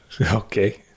okay